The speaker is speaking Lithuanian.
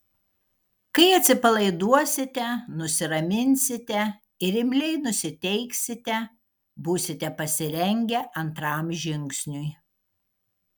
kai atsipalaiduosite nusiraminsite ir imliai nusiteiksite būsite pasirengę antram žingsniui